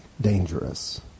dangerous